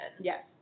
Yes